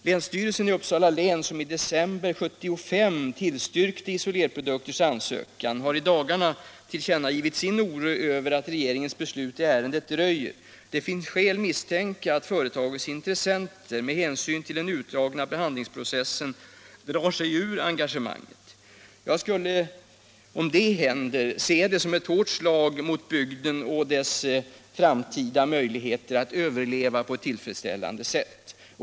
Länsstyrelsen i Uppsala län, som i december 1975 tillstyrkte Isolerprodukter AB:s ansökan, har i dagarna tillkännagivit sin oro över att regeringens beslut i ärendet dröjer. Det finns skäl att misstänka att företagets intressenter med hänsyn till den utdragna behandlingsprocessen drar sig ur engagemanget. Om detta händer, är det ett hårt slag mot bygden och dess framtida möjligheter att överleva på ett tillfredsställande sätt.